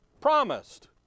Promised